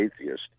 atheist